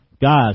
God